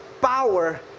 power